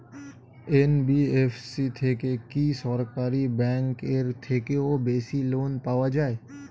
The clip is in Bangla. এন.বি.এফ.সি থেকে কি সরকারি ব্যাংক এর থেকেও বেশি লোন পাওয়া যায়?